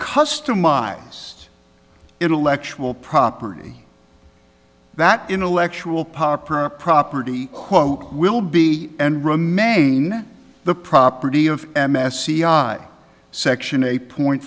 customized intellectual property that intellectual power per property quote will be and remain the property of m s c i section a point